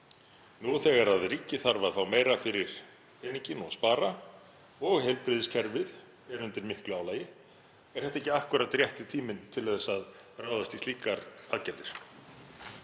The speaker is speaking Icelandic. Nú þegar ríkið þarf að fá meira fyrir peninginn og spara og heilbrigðiskerfið er undir miklu álagi, er þetta ekki akkúrat rétti tíminn til að ráðast í slíkar aðgerðir?